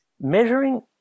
Measuring